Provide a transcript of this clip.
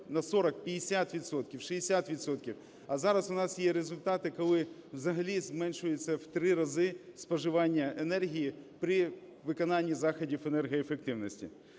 60 відсотків. А зараз в нас є результати, коли взагалі зменшується в 3 рази споживання енергії при виконанні заходів енергоефективності.